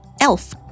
Elf